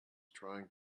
trying